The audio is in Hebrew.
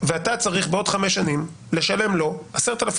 ואתה צריך בעוד 5 שנים לשלם לו 10,000